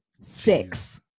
six